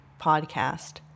podcast